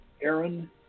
Aaron